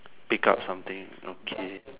pick up something okay